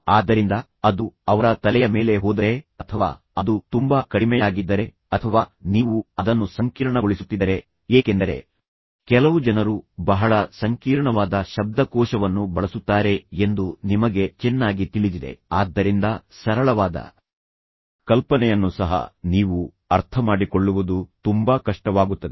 ಆದ್ದರಿಂದ ಅದು ಅವರ ತಲೆಯ ಮೇಲೆ ಹೋದರೆ ಅಥವಾ ಅದು ತುಂಬಾ ಕಡಿಮೆಯಾಗಿದ್ದರೆ ಅಥವಾ ನೀವು ಅದನ್ನು ಸಂಕೀರ್ಣಗೊಳಿಸುತ್ತಿದ್ದರೆ ಏಕೆಂದರೆ ಕೆಲವು ಜನರು ಬಹಳ ಸಂಕೀರ್ಣವಾದ ಶಬ್ದಕೋಶವನ್ನು ಬಳಸುತ್ತಾರೆ ಎಂದು ನಿಮಗೆ ಚೆನ್ನಾಗಿ ತಿಳಿದಿದೆ ಆದ್ದರಿಂದ ಸರಳವಾದ ಕಲ್ಪನೆಯನ್ನು ಸಹ ನೀವು ಅರ್ಥಮಾಡಿಕೊಳ್ಳುವುದು ತುಂಬಾ ಕಷ್ಟವಾಗುತ್ತದೆ